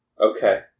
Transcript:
Okay